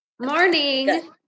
Morning